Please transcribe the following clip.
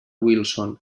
wilson